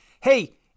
hey